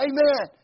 Amen